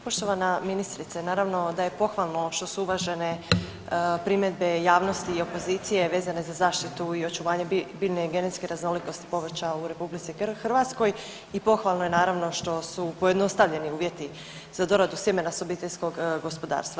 Poštovana ministrice, naravno da je pohvalo što su uvažene primjedbe javnosti i opozicije vezano za zaštitu i očuvanje biljne i genetske raznolikosti povrća u RH i pohvalno je naravno što su pojednostavljeni uvjeti za doradu sjemena s obiteljskog gospodarstva.